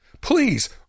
Please